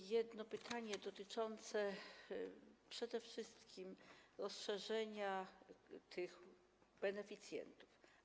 Mam jedno pytanie dotyczące przede wszystkim rozszerzenia grupy beneficjentów.